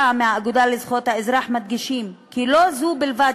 מהאגודה לזכויות האזרח שהגישו אז את העתירה מדגישים כי לא זו בלבד